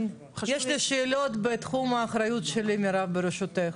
מירב, יש לי שאלות בתחום האחריות שלי ברשותך,